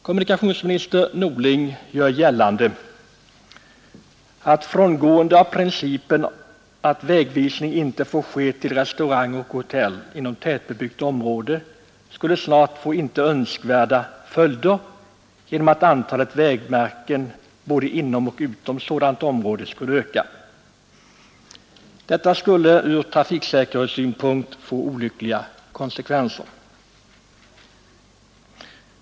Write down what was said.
Kommunikationsminister Norling gör gällande att ett frångående av principen att vägvisning inte får ske till restaurang och hotell inom tättbebyggt område snart skulle få icke önskvärda följder genom att antalet vägmärken både inom och utom sådant område skulle öka. Detta skulle från trafiksäkerhetssynpunkt få olyckliga konsekvenser.